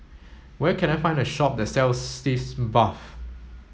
where can I find a shop that sells Sitz bath